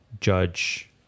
judge